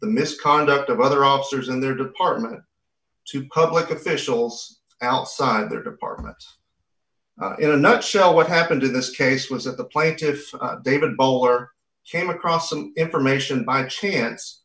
the misconduct of other officers in their department to public officials outside their departments in a nutshell what happened in this case was that the plaintiff david bowler came across an information by chance